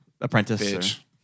apprentice